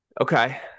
Okay